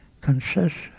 consists